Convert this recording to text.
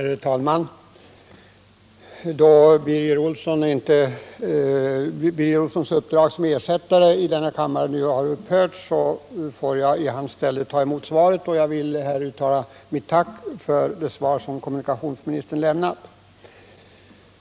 Herr talman! Då Birger Olssons uppdrag som ersättare i kammaren för Gunnar Björk i Gävle nu har upphört, får jag i hans ställe ta emot svaret. Jag vill uttala mitt tack för det svar som kommunikationsministern har lämnat.